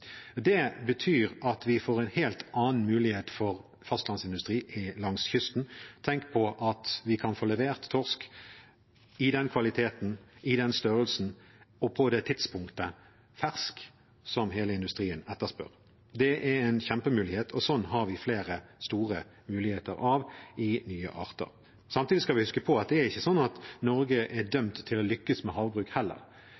Det betyr at vi får en helt annen mulighet for fastlandsindustri langs kysten. Tenk på at vi kan få levert torsk i den kvaliteten, i den størrelsen og på det tidspunktet fersk, som hele industrien etterspør. Det er en kjempemulighet, og slike store muligheter har vi flere av med nye arter. Samtidig skal vi huske på at det er ikke sånn at Norge er